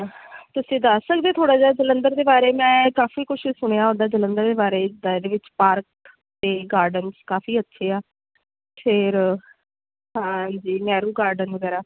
ਤੁਸੀਂ ਦੱਸ ਸਕਦੇ ਹੋ ਥੋੜ੍ਹਾ ਜਿਹਾ ਜਲੰਧਰ ਦੇ ਬਾਰੇ ਮੈਂ ਕਾਫੀ ਕੁਝ ਸੁਣਿਆ ਉੱਦਾਂ ਜਲੰਧਰ ਬਾਰੇ ਜਿੱਦਾਂ ਇਹਦੇ ਵਿੱਚ ਪਾਰਕ ਅਤੇ ਗਾਰਡਨ ਕਾਫੀ ਅੱਛੇ ਆ ਫਿਰ ਹਾਂਜੀ ਨਹਿਰੂ ਗਾਰਡਨ ਵਗੈਰਾ